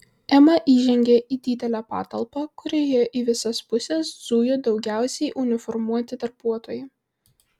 ema įžengė į didelę patalpą kurioje į visas puses zujo daugiausiai uniformuoti darbuotojai